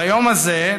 ביום הזה,